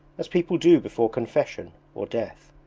as people do before confession or death.